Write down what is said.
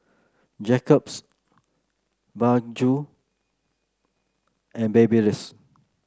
Jacob's Baggu and Babyliss